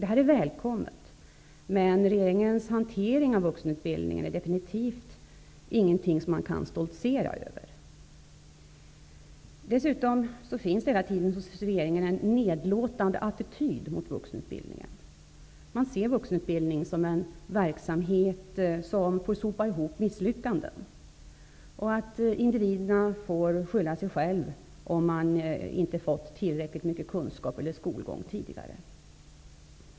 Det är välkommet, men regeringens hantering av frågan om vuxenutbildningen är definitivt ingenting som man kan stoltsera över. Dessutom finns det hela tiden hos regeringen en nedlåtande attityd mot vuxenutbildningen. Man ser vuxenutbildningen som en verksamhet som får sopa ihop misslyckanden, och man tycker att individerna får skylla sig själva om de inte fått tillräckligt mycket kunskaper eller skolgång tidigare.